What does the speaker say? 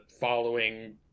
following